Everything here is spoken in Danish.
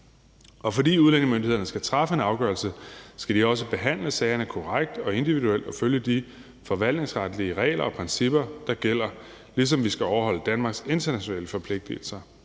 Og fordi udlændingemyndighederne skal træffe en afgørelse, skal de også behandle sagerne korrekt og individuelt og følge de forvaltningsretlige regler og principper, der gælder, ligesom vi skal overholde Danmarks internationale forpligtelser.